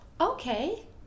Okay